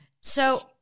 So-